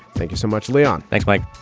thank you so much, leon. thanks, mike